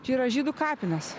čia yra žydų kapinės